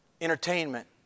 entertainment